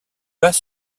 pas